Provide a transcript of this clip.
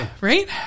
right